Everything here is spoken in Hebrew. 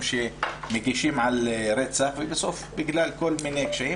שמגישים על רצח ובסוף בגלל כל מיני קשיים